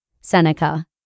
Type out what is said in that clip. Seneca